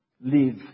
live